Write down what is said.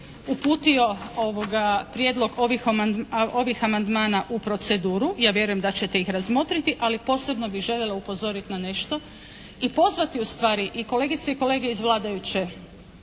uputio prijedlog ovih amandmana u proceduru, ja vjerujem da ćete ih razmotriti ali posebno bih željela upozoriti na nešto i pozvati ustvari i kolegice i kolege iz vladajuće